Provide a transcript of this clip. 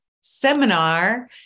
seminar